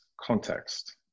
context